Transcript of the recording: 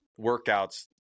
workouts